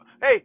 hey –